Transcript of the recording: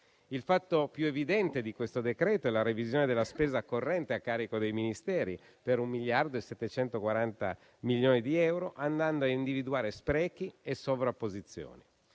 Il fatto più evidente di questo decreto-legge è la revisione della spesa corrente a carico dei Ministeri per un miliardo e 740 milioni di euro, andando a individuare sprechi e sovrapposizioni.